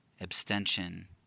abstention